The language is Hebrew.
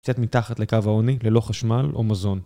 קצת מתחת לקו העוני ללא חשמל או מזון